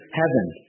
heaven